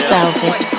Velvet